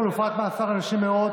חלופת מאסר לנשים הרות